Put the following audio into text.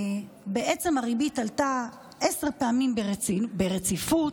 הריבית עלתה עשר פעמים ברציפות,